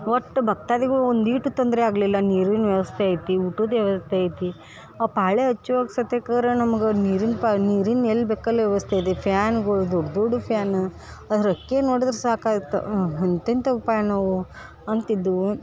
ಒಟ್ಟು ಭಕ್ತಾದಿಗಳ್ಗೆ ಒಂದೀಟೂ ತೊಂದರೆ ಆಗಲಿಲ್ಲ ನೀರಿನ ವ್ಯವಸ್ಥೆ ಐತಿ ಊಟದ ವ್ಯವಸ್ಥೆ ಐತಿ ಆ ಪಾಳೆ ಹಚ್ಚುವಾಗ ಸತೆಕಾರ ನಮ್ಗೆ ನೀರಿನ ಪ ನೀರಿನ ಎಲ್ಲಿ ಬೇಕಲ್ಲಿ ವ್ಯವಸ್ಥೆ ಇದೆ ಫ್ಯಾನ್ಗಳು ದೊಡ್ಡ ದೊಡ್ಡ ಫ್ಯಾನ ಅದ್ರ ರೆಕ್ಕೆ ನೋಡಿದ್ರೆ ಸಾಕಾಯ್ತು ಎಂತೆಂಥ ಪ್ಯಾನ್ ಅವೆ ಅಂತಿದ್ದವು